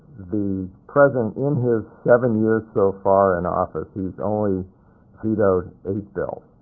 the president, in his seven years so far in office, he's only vetoed eight bills.